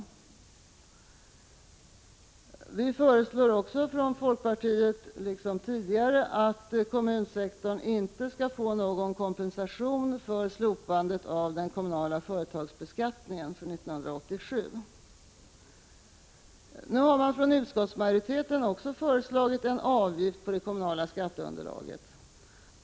Vi i folkpartiet föreslår också, liksom tidigare, att kommunsektorn 1987 inte skall få någon kompensation för slopandet av den kommunala företagsbeskattningen. Nu har utskottsmajoriteten också föreslagit en avgift på det kommunala skatteunderlaget.